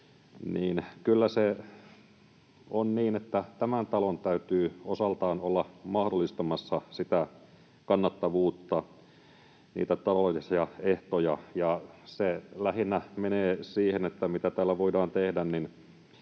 niin kyllä se on niin, että tämän talon täytyy osaltaan olla mahdollistamassa sitä kannattavuutta, niitä taloudellisia ehtoja. Ja se lähinnä menee siihen, että mitä täällä voidaan tehdä,